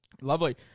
lovely